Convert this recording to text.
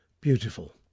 beautiful